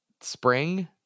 Spring